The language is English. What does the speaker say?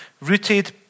rooted